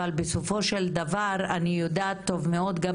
אבל סופו של דבר אני יודעת טוב מאוד ואת זה